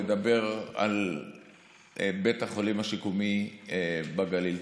לדבר על בית החולים השיקומי בגליל.